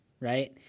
right